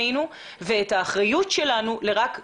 בחינוך ילדים, משפיעה על החינוך כמה שרק אפשר.